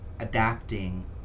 adapting